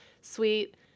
sweet